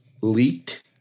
leaked